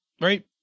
right